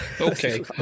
Okay